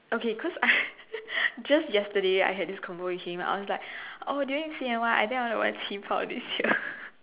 okay cause just yesterday I had this convo with him I was like oh during C_N_Y I think I want to wear 旗袍 this year